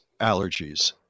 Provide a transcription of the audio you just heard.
allergies